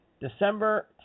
December